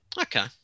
Okay